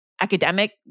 academic